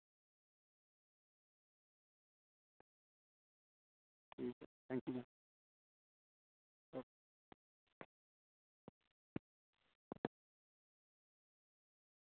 अ